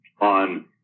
on